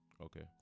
Okay